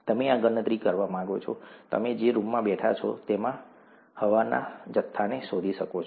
તમે આ ગણતરી કરવા માગો છો તમે જે રૂમમાં બેઠા છો તેમાં હવાના જથ્થાને શોધી શકો છો